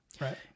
Right